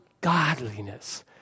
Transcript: Godliness